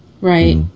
Right